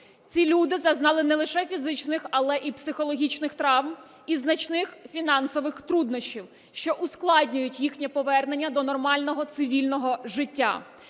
Ці люди зазнали не лише фізичних, але і психологічних травм, і значних фінансових труднощів, що ускладнюють їхнє повернення до нормального, цивільного життя.